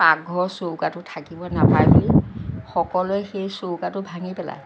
পাকঘৰৰ চৌকাটো থাকিব নেপায় বুলি সকলোৱে সেই চৌকাটো ভাঙি পেলায়